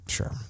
Sure